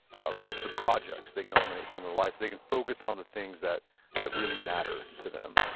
um the projects they can eliminate from their life so they can focus on the things that that really matter to them.